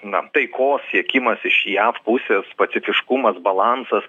na taikos siekimas iš jav pusės pacifiškumas balansas